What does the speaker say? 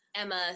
Emma